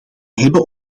hebben